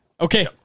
Okay